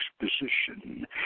exposition